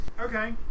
Okay